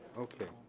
okay.